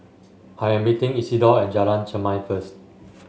I am meeting Isidor at Jalan Chermai first